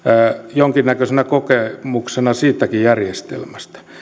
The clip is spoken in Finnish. jonkinnäköisenä kokemuksena siitäkin järjestelmästä